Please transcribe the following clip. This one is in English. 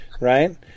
Right